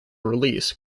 release